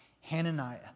Hananiah